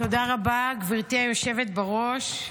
תודה רבה, גברתי היושבת בראש.